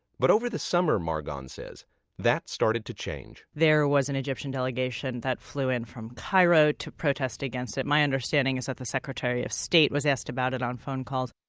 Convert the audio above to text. but over the summer, margon says that started to change there was an egyptian delegation that flew in from cairo to protest against it. my understanding is the secretary of state was asked about it on phone calls.